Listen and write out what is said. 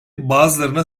bazılarına